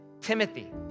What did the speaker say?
Timothy